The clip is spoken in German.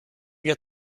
wir